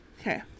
Okay